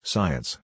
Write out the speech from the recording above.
Science